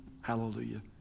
hallelujah